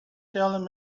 telling